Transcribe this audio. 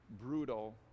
brutal